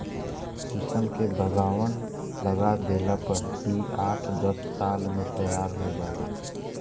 शीशम के बगवान लगा देला पर इ आठ दस साल में तैयार हो जाला